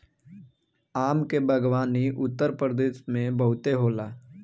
आम के बागवानी उत्तरप्रदेश में बहुते होला